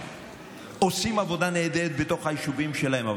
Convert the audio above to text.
עושים עבודה נהדרת בתוך היישובים שלהם.